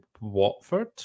Watford